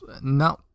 No